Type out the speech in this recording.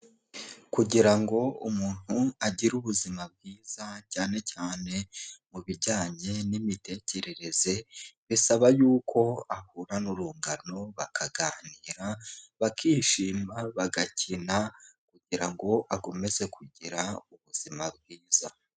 Kugira ngo umuntu agire ubuzima bwiza cyane cyane mu bijyanye n'imitekerereze bisaba y'uko ahura n'urungano bakaganira, bakishima, bagakina kugira ngo akomeze kugira ubuzima bwiza.